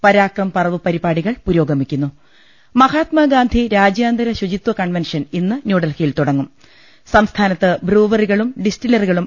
പരാക്രംപർവ് പരിപാടികൾ പുരോഗമിക്കുന്നു മഹാത്മാഗാന്ധി രാജ്യാന്തര ശുചിത്വകൺവൻഷൻ ഇന്ന് ന്യൂഡൽഹിയിൽ തുടങ്ങും സംസ്ഥാനത്ത് ബ്രൂവറികളും ഡിസ്റ്റിലറികളും